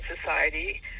Society